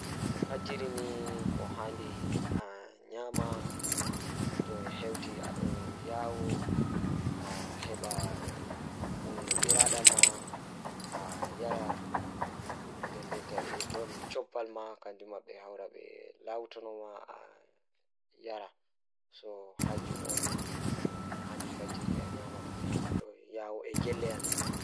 Haɓɓude rewɓe waɗa waɗa tun e lewru, ɗum waɗi rewɓe ɗum e ɗimɓe waɗa waɗa rewɓe ɗamre e baawol saafara. Toffli njari naange faaɗiraaɗe ɗamre e ɓogge baatiru waɗi moƴƴi goɗɗo. Labinaari kaɗe rewɓe njari ɗam ɗoo goɗɗo rewɓe muusaaji e waɗa ɗum rewɓe nguurii. Labinaari rewɓe waɗa waɗa nguruɓe njari naange waɗa moƴƴi ɗi waɗa nguurii.